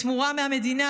בתמורה מהמדינה,